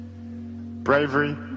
bravery